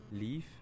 leave